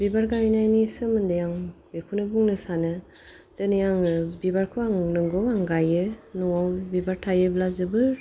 बिबार गायनायनि सोमोन्दै आं बेखौनो बुंनो सानो दिनै आङो बिबारखौ आं नोंगौ आं गायो न'आव बिबार थायोब्ला जोबोर